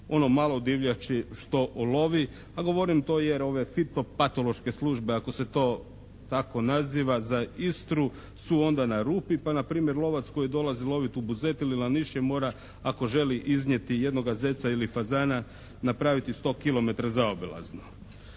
ono malo divljači što ulovi a govorim to je ove fitopatološke službe ako se to tako naziva za Istru su onda na rupi pa npr. lovac koji dolazi loviti u Buzet ili Lanišće mora ako želi iznijeti jednoga zeca ili fazana napraviti 100 kilometara zaobilazno.